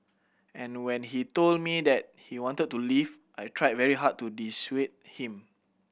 and when he told me that he wanted to leave I tried very hard to dissuade him